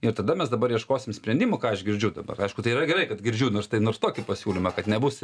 ir tada mes dabar ieškosim sprendimų ką aš girdžiu dabar aišku tai yra gerai kad girdžiu nors tai nors tokį pasiūlymą kad nebus